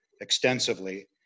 extensively